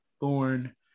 born